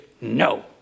no